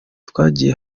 twagiye